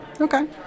okay